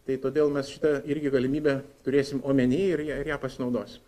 tai todėl mes šitą irgi galimybę turėsim omeny ir ja ir ją pasinaudosim